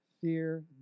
Fear